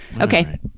Okay